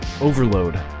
overload